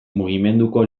mugimenduko